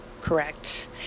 Correct